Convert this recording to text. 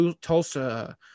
Tulsa